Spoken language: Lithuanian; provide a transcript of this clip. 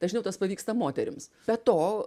dažniau tas pavyksta moterims be to